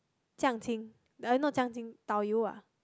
jiang-qing uh not jiang-qing tau-yu ah